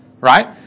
Right